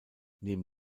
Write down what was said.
neben